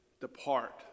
depart